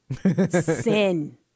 Sin